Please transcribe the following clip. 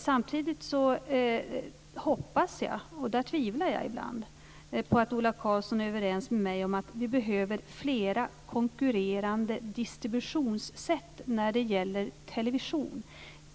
Samtidigt hoppas jag - där tvivlar jag ibland - på att Ola Karlsson är överens med mig om att vi behöver flera konkurrerande distributionssätt när det gäller television.